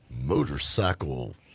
motorcycle